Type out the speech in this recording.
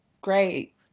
great